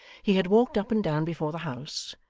he had walked up and down before the house,